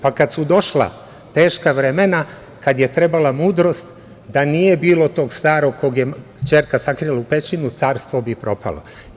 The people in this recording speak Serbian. Pa, kad su došla teška vremena, kad je trebala mudrost, da nije bilo tog starog kog je ćerka sakrila u pećinu, carstvo bi propalo.